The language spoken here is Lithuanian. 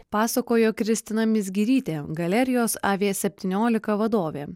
pasakojo kristina mizgirytė galerijos a vė septyniolika vadovė